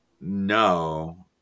No